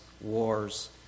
wars